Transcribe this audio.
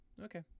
okay